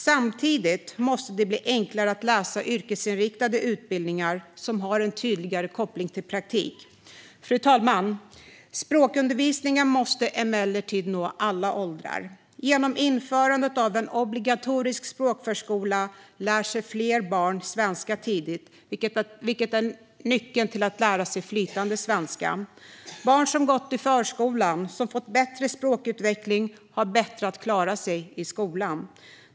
Samtidigt måste det bli enklare att läsa yrkesinriktade utbildningar som har en tydligare koppling till praktik. Fru talman! Språkundervisningen måste emellertid nå alla åldrar. Genom införandet av en obligatorisk språkförskola lär sig fler barn svenska tidigt, vilket är nyckeln till att lära sig flytande svenska. Barn som har gått i förskolan och fått en bättre språkutveckling har lättare att klara skolan.